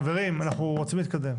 חברים, אנחנו רוצים להתקדם.